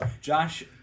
Josh